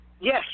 yes